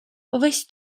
весь